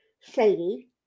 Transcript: Sadie